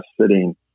sitting